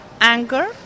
anger